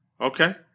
Okay